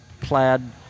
plaid